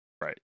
Right